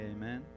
amen